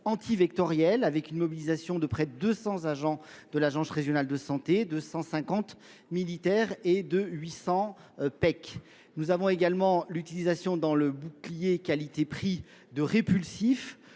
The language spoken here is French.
anti-vectorielle avec une mobilisation de près de 200 agents de l'agence régionale de santé, 250 militaires et de 800 PEC. Nous avons également l'utilisation dans le bouclier qualité prix de répulsifs